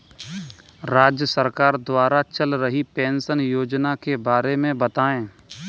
राज्य सरकार द्वारा चल रही पेंशन योजना के बारे में बताएँ?